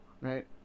Right